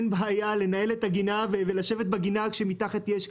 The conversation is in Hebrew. אין בעיה לנהל את הגינה ולשבת בגינה כשמתחת יש,